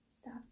Stop